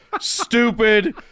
stupid